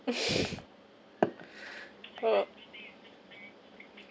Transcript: oh